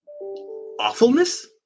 awfulness